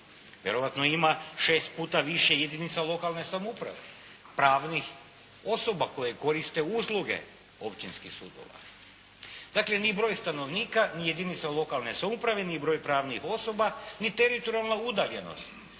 vjerojatno ima i šest puta više jedinica lokalne samouprave, pravnih osoba koje korist usluge općinskih sudova. Dakle, ni broj stanovnika, ni jedinica lokalne samouprave, ni broj pravnih osoba, ni teritorijalna udaljenost.